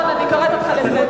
לי טוב איפה שאני.